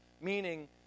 Meaning